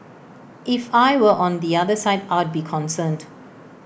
if I were on the other side I'd be concerned